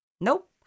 Nope